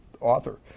author